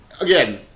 again